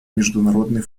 международный